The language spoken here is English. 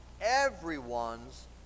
everyone's